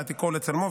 להעתיקו או לצלמו,